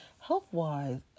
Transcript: health-wise